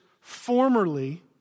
formerly